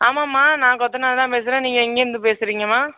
ஆமாம்மா நான் கொத்தனார் தான் பேசுகிறேன் நீங்கள் எங்கேந்து பேசுறீங்கம்மா